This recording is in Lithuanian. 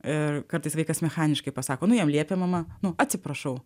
ir kartais vaikas mechaniškai pasako nu jam liepia mama nu atsiprašau